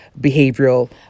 behavioral